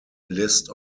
list